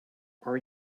are